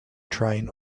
train